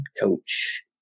coach